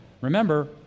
remember